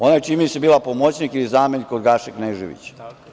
Ona je, čini mi se, bila pomoćnik ili zamenik kod Gaše Kneževića.